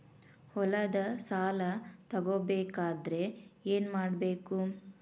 ಹೊಲದ ಸಾಲ ತಗೋಬೇಕಾದ್ರೆ ಏನ್ಮಾಡಬೇಕು?